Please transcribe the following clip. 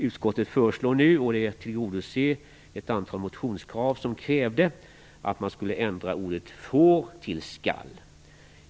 Utskottet föreslår nu, och tillgodoser därmed ett antal motionskrav, att ordet "får" ändras till "skall".